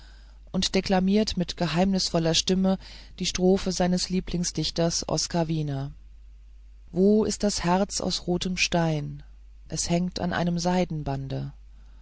und deklamiert mit geheimnisvoller stimme die strophe seines lieblingsdichters oskar wiener wo ist das herz aus rotem stein es hängt an einem